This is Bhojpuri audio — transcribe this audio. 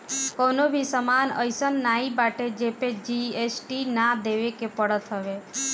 कवनो भी सामान अइसन नाइ बाटे जेपे जी.एस.टी ना देवे के पड़त हवे